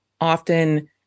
often